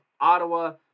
Ottawa